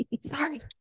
Sorry